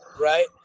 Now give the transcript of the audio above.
right